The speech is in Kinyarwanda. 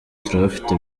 turabafite